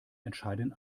entscheiden